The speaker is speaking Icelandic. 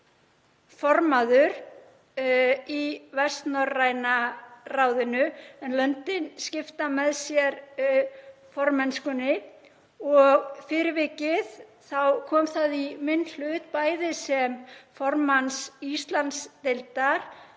formaður í Vestnorræna ráðinu en löndin skipta með sér formennskunni. Fyrir vikið kom það í minn hlut sem formaður Íslandsdeildar